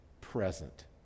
present